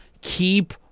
keep